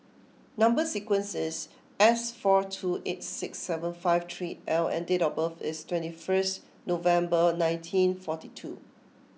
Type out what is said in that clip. number sequence is S four two eight six seven five three L and date of birth is twenty first November nineteen forty two